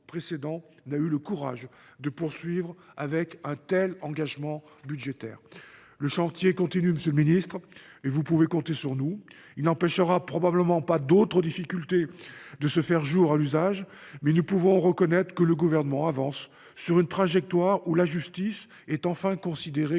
n’a eu le courage de poursuivre avec un tel engagement budgétaire. Le chantier continue, monsieur le garde des sceaux, et vous pouvez compter sur nous. Il n’empêchera probablement pas d’autres difficultés de se faire jour, mais reconnaissons que le Gouvernement avance sur une trajectoire où la justice est enfin considérée